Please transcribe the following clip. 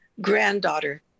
Granddaughter